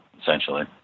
essentially